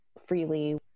freely